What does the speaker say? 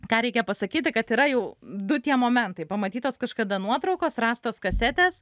ką reikia pasakyti kad yra jau du tie momentai pamatytos kažkada nuotraukos rastos kasetės